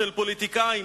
של פוליטיקאים,